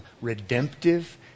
redemptive